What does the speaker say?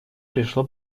пришло